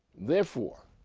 therefore,